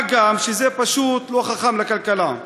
מה גם שזה פשוט לא חכם לכלכלה.